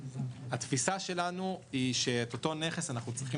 התפיסה שלנו היא שאת אותו נכס אנחנו צריכים